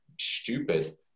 stupid